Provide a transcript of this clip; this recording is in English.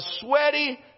sweaty